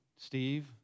Steve